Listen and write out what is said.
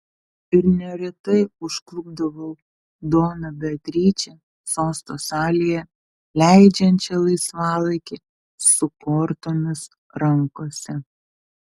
ir neretai užklupdavau doną beatričę sosto salėje leidžiančią laisvalaikį su kortomis rankose